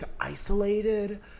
isolated